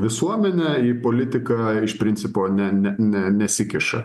visuomenė į politiką iš principo ne ne ne nesikiša